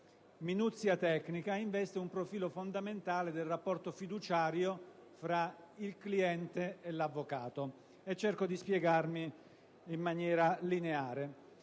minuzia tecnica, investe un profilo fondamentale del rapporto fiduciario tra il cliente e l'avvocato. Cerco di spiegarmi in modo lineare.